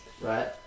Right